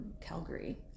Calgary